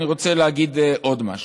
אני רוצה להגיד עוד משהו: